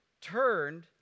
turned